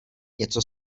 něco